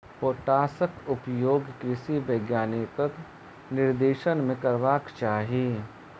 पोटासक उपयोग कृषि वैज्ञानिकक निर्देशन मे करबाक चाही